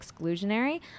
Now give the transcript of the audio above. exclusionary